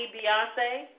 Beyonce